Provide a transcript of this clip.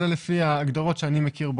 זה לפי ההגדרות שאני מכיר בחוק.